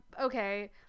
okay